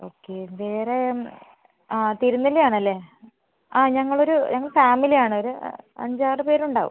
okay വേറേ അതെ തിരുനെല്ലി ആണല്ലെ അതെ ഞങ്ങളൊരു ഞങ്ങള് ഫാമിലിയാണ് ഒരു അഞ്ച് ആറ് പേര് ഉണ്ടാവും